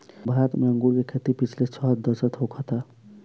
भारत में अंगूर के खेती पिछला छह दशक होखता